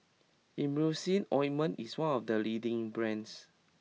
Emulsying Ointment is one of the leading brands